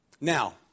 Now